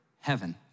heaven